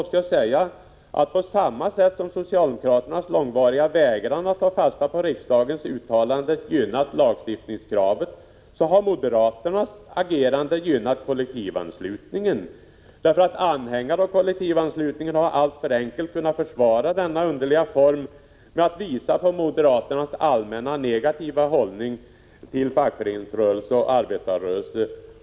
När det gäller att tala om ärorik historia måste jag säga, att på samma sätt som socialdemokraternas långa vägran att ta fasta på riksdagens uttalanden har gynnat lagstiftningskravet, så har moderaternas agerande gynnat kollektivanslutningen. Anhängare av kollektivanslutning har alltför enkelt kunnat försvara denna underliga form genom att visa på moderaternas allmänna negativa 2 hållning till fackföreningsrörelse och arbetarrörelse.